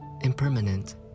impermanent